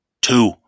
Two